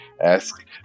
ask